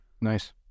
Nice